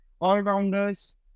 all-rounders